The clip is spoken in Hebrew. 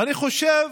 אני חושב,